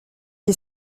qui